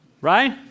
right